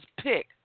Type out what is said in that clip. pick